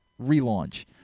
relaunch